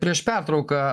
prieš pertrauką